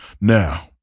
Now